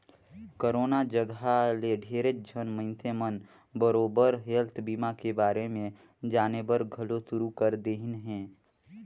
corona जघा ले ढेरेच झन मइनसे मन बरोबर हेल्थ बीमा के बारे मे जानेबर घलो शुरू कर देहिन हें